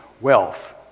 wealth